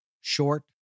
short